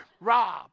Rob